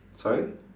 sorry